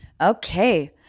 okay